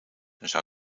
zou